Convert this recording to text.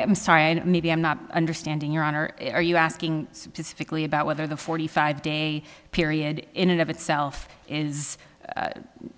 i'm sorry maybe i'm not understanding your honor are you asking specifically about whether the forty five day period in and of itself is